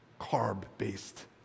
carb-based